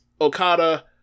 Okada